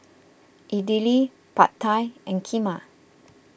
Idili Pad Thai and Kheema